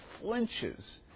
flinches